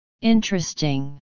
Interesting